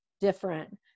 different